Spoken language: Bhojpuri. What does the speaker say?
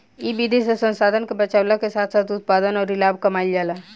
इ विधि से संसाधन के बचावला के साथ साथ उत्पादन अउरी लाभ कमाईल जाला